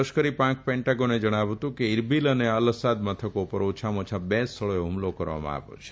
અમેરીકાની લશ્કરી પાંખ પેન્ટાગોને જણાવ્યું હતું કે ઇરબીલ અને અલ અસાદ મથકો ઉપર ઓછામાં ઓછા બે સ્થળોએ હ્મલો કરવામાં આવ્યો છે